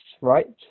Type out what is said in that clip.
right